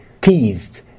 teased